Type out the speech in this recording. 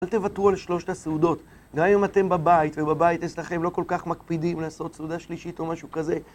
אל תוותרו על שלושת הסעודות. גם אם אתם בבית, ובבית אצלכם לא כל כך מקפידים לעשות סעודה שלישית או משהו כזה.